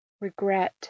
Regret